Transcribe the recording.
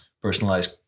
personalized